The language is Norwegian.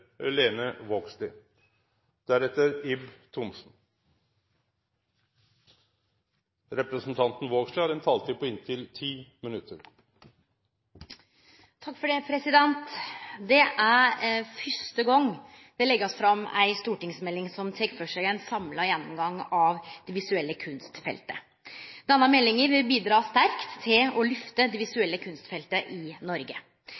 Det er fyrste gong det blir lagt fram ei stortingsmelding som tek føre seg ein samla gjennomgang av det visuelle kunstfeltet. Denne meldinga vil bidra sterkt til å lyfte det visuelle kunstfeltet i Noreg.